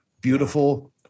beautiful